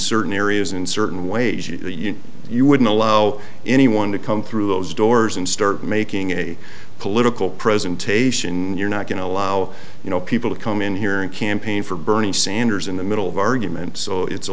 certain areas in certain ways you wouldn't allow anyone to come through those doors and start making a political presentation you're not going to allow you know people to come in here and campaign for bernie sanders in the middle of argument so it's a